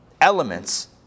elements